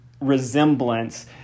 resemblance